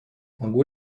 могу